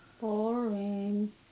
Boring